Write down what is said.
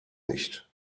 nicht